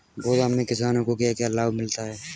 गोदाम से किसानों को क्या क्या लाभ मिलता है?